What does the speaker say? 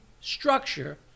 structure